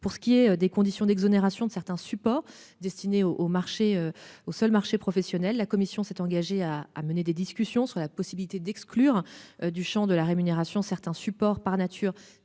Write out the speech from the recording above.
pour ce qui est des conditions d'exonération de certains supports destinés au marché au seul marché professionnel la Commission s'est engagée à à mener des discussions sur la possibilité d'exclure du Champ de la rémunération certains supports par nature